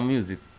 Music